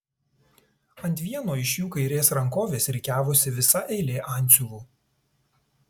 ant vieno iš jų kairės rankovės rikiavosi visa eilė antsiuvų